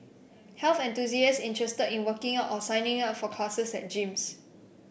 health enthusiasts interested in working out or signing up for classes at gyms